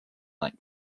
like